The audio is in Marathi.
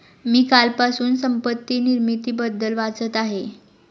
मी कालपासून संपत्ती निर्मितीबद्दल वाचत आहे